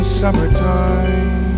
summertime